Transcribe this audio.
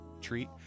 treat